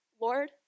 Lord